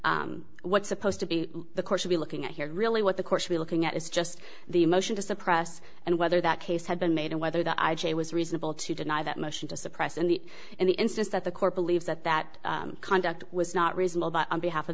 after what's supposed to be the course we're looking at here really what the course we're looking at is just the motion to suppress and whether that case had been made and whether the i j a was reasonable to deny that motion to suppress in the in the instance that the court believes that that conduct was not reasonable but on behalf of